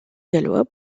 gallois